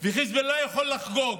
וחיזבאללה יכול לחגוג,